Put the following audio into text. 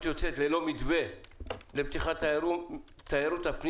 יוצאת ללא מתווה לפתיחת תיירות הפנים,